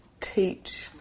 teach